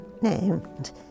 named